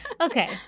Okay